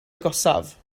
agosaf